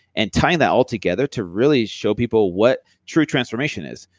and tying that all together to really show people what true transformation is.